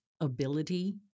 ability